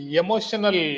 emotional